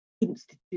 institute